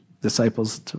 disciples